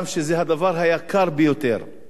זה גם אובדן כלכלי.